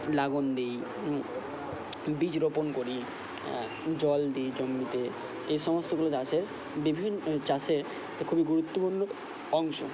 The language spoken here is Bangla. লাঙল দিই বীজ রোপণ করি হ্যাঁ জল দিই জমিতে এ সমস্তগুলো চাষের বিভিন্ন চাষের খুবই গুরুত্বপূর্ণ অংশ